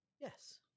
Yes